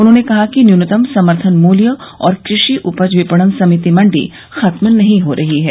उन्होंने कहा कि न्यूनतम समर्थन मूल्य और कृषि उपज विपणन समिति मंडी खत्म नहीं हो रही है